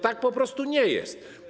Tak po prostu nie jest.